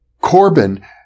Corbin